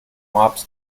ups